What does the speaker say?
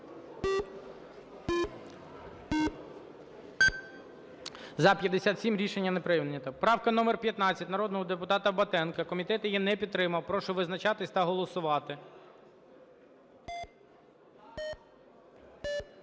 За-57 Рішення не прийнято. Правка номер 15, народного депутата Батенка. Комітет її не підтримав. Прошу визначатись та голосувати.